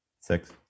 Six